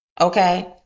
Okay